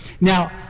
Now